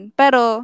pero